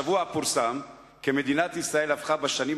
השבוע פורסם כי מדינת ישראל הפכה בשנים